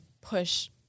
push